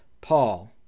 Paul